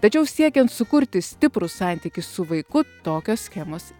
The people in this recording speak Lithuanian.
tačiau siekiant sukurti stiprų santykį su vaiku tokios schemos